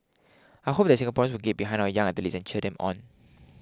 I hope that Singaporeans will get behind our young athletes and cheer them on